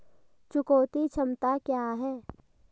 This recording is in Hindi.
चुकौती क्षमता क्या है?